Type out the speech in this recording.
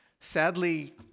sadly